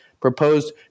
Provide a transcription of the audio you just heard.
proposed